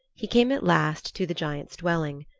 he came at last to the giant's dwelling.